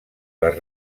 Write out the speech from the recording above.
les